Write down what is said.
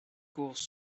cours